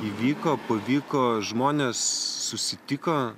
įvyko pavyko žmonės susitiko